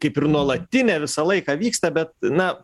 kaip ir nuolatinė visą laiką vyksta bet na